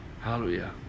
Hallelujah